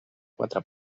quatre